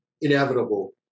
inevitable